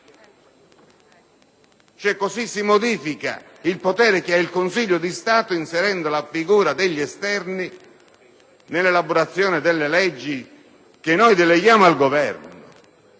Così si modifica il potere che ha il Consiglio di Stato inserendo la figura degli esterni nell'elaborazione delle leggi che noi deleghiamo al Governo.